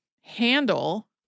handle